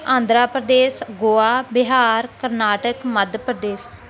Andhra Pradesh Goa Bihar Karnataka Madhya Pradesh